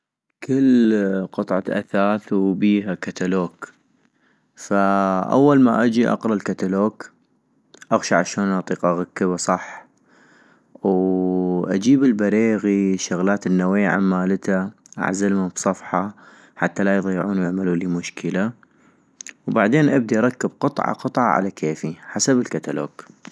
كل قطعة اثاث وبيها كتلوك - فأول ما اجي اقرا الكتلوك، اغشع اشون اطيق اغكبا صح - واجيب البريغي، الشغلات النويعم مالتا، اعزلم بصفحة حتى لا يضيعون، ويعملولي مشكلة - وبعدين ابدي اركب قطعة قطعة على كيفي، حسب الكتلوك